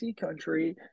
country